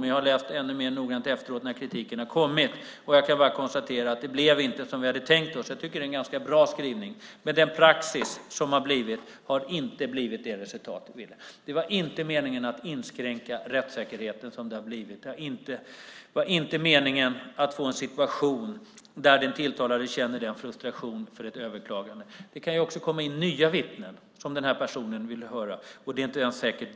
Men jag har läst ännu noggrannare efter det att kritiken har kommit, och jag kan bara konstatera att det inte blev som vi hade tänkt oss. Jag tycker att skrivningen är ganska bra, men den praxis som har blivit har inte gett det resultat vi ville. Det var inte meningen att inskränka rättssäkerheten. Det var inte meningen att få en situation där den tilltalade känner frustration vid ett överklagande. Det kan komma in nya vittnen som man vill höra, men det är inte säkert